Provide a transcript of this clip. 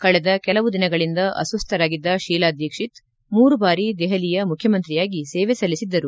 ಕಳೆದ ಕೆಲವು ದಿನಗಳಿಂದ ಅಸ್ವಸ್ಟರಾಗಿದ್ದ ಶೀಲಾ ದೀಕ್ಷಿತ್ ಮೂರು ಬಾರಿ ದೆಹಲಿಯ ಮುಖ್ಯಮಂತ್ರಿಯಾಗಿ ಸೇವೆ ಸಲ್ಲಿಸಿದ್ದರು